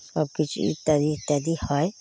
সব কিছুই ইত্যাদি ইত্যাদি হয়